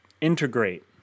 integrate